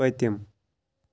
پٔتِم